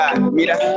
mira